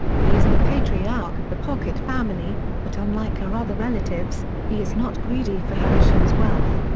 he is the patriarch of the pocket family, but unlike her other relatives, he is not greedy for havisham's wealth.